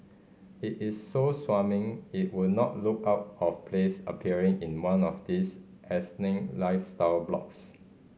it is so smarmy it would not look out of place appearing in one of these asinine lifestyle blogs